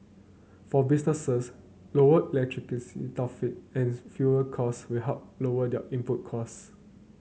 for businesses lower electricity tariff and fuel costs will help lower their input costs